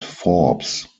forbes